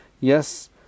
Yes